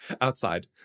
Outside